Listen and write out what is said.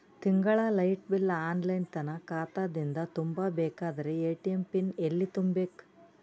ತಿಂಗಳ light bill online ನನ್ನ ಖಾತಾ ದಿಂದ ತುಂಬಾ ಬೇಕಾದರ ಎ.ಟಿ.ಎಂ ಪಿನ್ ಎಲ್ಲಿ ತುಂಬೇಕ?